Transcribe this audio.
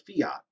fiat